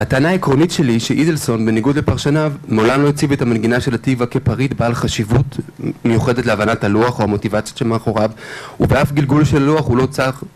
‫הטענה העקרונית שלי היא שאידלסון, ‫בניגוד לפרשניו, ‫מעולם לא הציב את המנגינה ‫של עתיבא כפריט בעל חשיבות ‫מיוחדת להבנת הלוח ‫או המוטיבציות שמאחוריו, ‫ובאף גלגול של לוח הוא לא צריך...